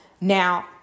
Now